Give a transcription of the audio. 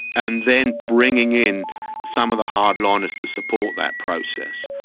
and then bringing in some of the hardliners to support that process.